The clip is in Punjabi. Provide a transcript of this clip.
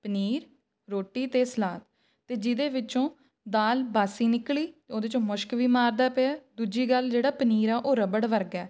ਪਨੀਰ ਰੋਟੀ ਅਤੇ ਸਲਾਦ ਅਤੇ ਜਿਹਦੇ ਵਿੱਚੋਂ ਦਾਲ ਬਾਸੀ ਨਿਕਲੀ ਉਹਦੇ 'ਚੋਂ ਮੁਸ਼ਕ ਵੀ ਮਾਰਦਾ ਪਿਆ ਦੂਜੀ ਗੱਲ ਜਿਹੜਾ ਪਨੀਰ ਆ ਉਹ ਰਬੜ ਵਰਗਾ ਹੈ